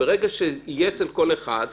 ברגע שזה יהיה אצל כל אחד,